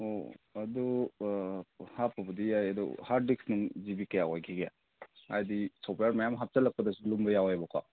ꯑꯣ ꯑꯗꯨ ꯑꯥ ꯍꯥꯞꯄꯕꯨꯗꯤ ꯌꯥꯏ ꯑꯗꯣ ꯍꯥꯔ꯭ꯗ ꯗꯤꯛꯁ ꯅꯨꯡ ꯖꯤꯕꯤ ꯀꯌꯥ ꯑꯣꯏꯈꯤꯕꯒꯦ ꯍꯥꯏꯕꯗꯤ ꯁꯣꯐꯋꯦꯌꯥꯔ ꯃꯌꯥꯝ ꯍꯥꯞꯆꯤꯜꯂꯛꯄꯗꯁꯨ ꯂꯨꯝꯕ ꯌꯥꯎꯋꯦꯕꯀꯣ